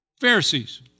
Pharisees